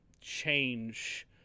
change